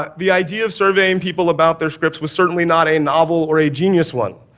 the idea of surveying people about their scripts was certainly not a novel or a genius one.